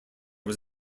was